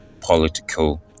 political